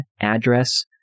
address